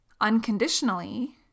unconditionally